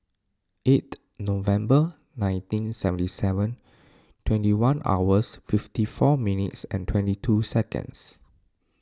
eighth November nineteen seventy seven twenty one hours fifty four minutes twenty two seconds